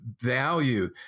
value